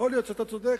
יכול להיות שאתה צודק,